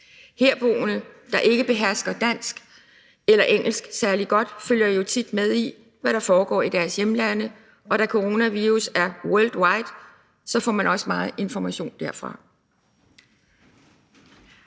Herboende, der ikke behersker dansk eller engelsk særlig godt, følger jo tit med i, hvad der foregår i deres hjemlande, og da coronavirus er worldwide, får man også meget information derfra.